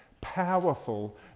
powerful